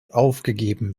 aufgegeben